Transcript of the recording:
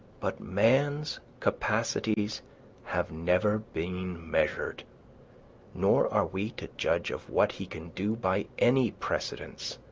but man's capacities have never been measured nor are we to judge of what he can do by any precedents,